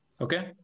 Okay